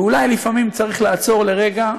ואולי לפעמים צריך לעצור לרגע,